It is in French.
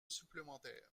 supplémentaire